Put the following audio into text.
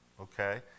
okay